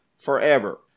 forever